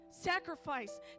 sacrifice